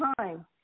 time